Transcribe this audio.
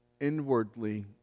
inwardly